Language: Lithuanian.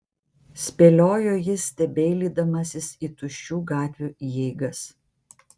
spėliojo jis stebeilydamasis į tuščių gatvių įeigas